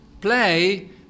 play